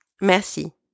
Merci